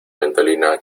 ventolina